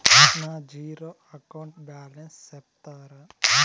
నా zero account balance సెప్తారా?